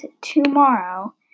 tomorrow